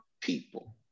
people